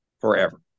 forever